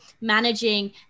managing